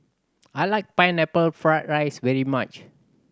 I like Pineapple Fried rice very much